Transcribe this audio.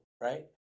right